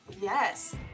Yes